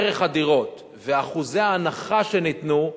ערך הדירות ואחוזי ההנחה שניתנו,